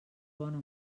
bona